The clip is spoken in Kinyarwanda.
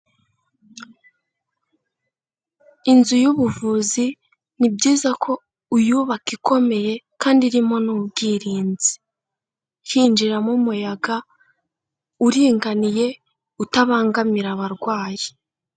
Inzu y'ubuvuzi ni byiza ko uyubaka ikomeye kandi irimo n'ubwirinzi. Hinjiramo umuyaga uringaniye utabangamira abarwayi.